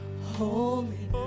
Holy